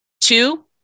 Two